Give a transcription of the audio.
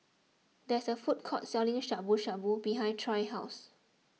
there is a food court selling Shabu Shabu behind Troy's house